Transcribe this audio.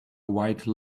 white